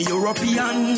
European